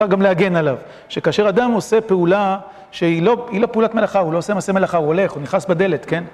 אבל גם להגן עליו, שכאשר אדם עושה פעולה שהיא לא פעולת מלאכה, הוא לא עושה מעשה מלאכה, הוא הולך, הוא נכנס בדלת, כן?